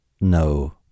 no